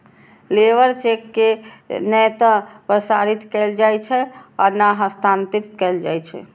labour cheque के नै ते प्रसारित कैल जाइ छै आ नै हस्तांतरित कैल जाइ छै